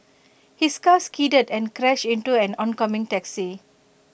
his car skidded and crashed into an oncoming taxi